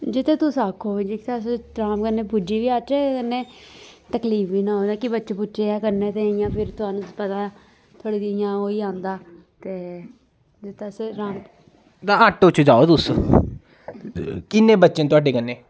जित्थें तुस आखो भैया अस अराम कन्नै पुज्जी बी जाचै ते कन्नै तकलीफ बी ना होऐ कि बच्चे बुच्चे ऐ कन्नै ते इयां फिर तुआनु पता ऐ थोह्ड़ा जेहा इ'यां होई जंदा ते जित्थें असें जाना ऐ ते आटो च जाओ तुस किन्ने बच्चे न थुआढ़े कन्नै